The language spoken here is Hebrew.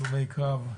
הלומי קרב,